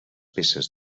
peces